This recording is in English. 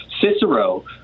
Cicero